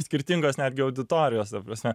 skirtingos netgi auditorijos ta prasme